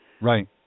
Right